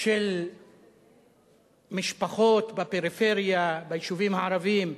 של משפחות בפריפריה, ביישובים הערביים.